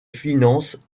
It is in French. finances